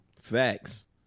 Facts